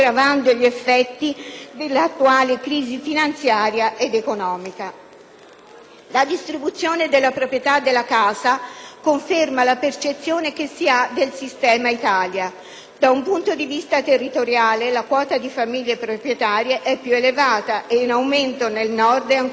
La distribuzione della proprietà della casa conferma la percezione che si ha del sistema Italia. Da un punto di vista territoriale, la quota di famiglie proprietarie è più elevata, e in aumento, nel Nord e ancor più nel Centro,